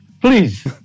please